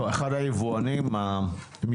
אבל אתה לא יכול לבוא ולהגיד לו, אתה לא